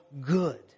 good